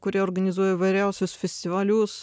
kurie organizuoja įvairiausius festivalius